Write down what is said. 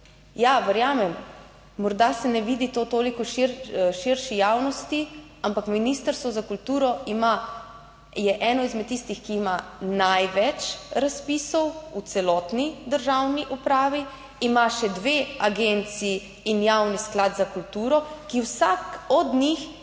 Ja, verjamem, morda se ne vidi to toliko širši javnosti, ampak Ministrstvo za kulturo ima. Je eno izmed tistih, ki ima največ razpisov v celotni državni upravi, ima še dve agenciji in Javni sklad za kulturo, ki vsak od njih